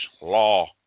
law